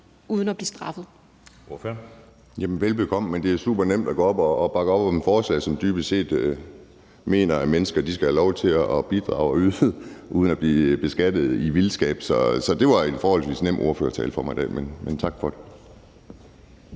uden at blive straffet.